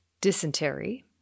dysentery